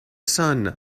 sun